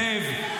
אתם חסרי לב.